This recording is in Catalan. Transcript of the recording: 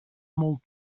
molt